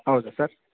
ಹೌದಾ ಸರ್